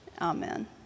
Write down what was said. amen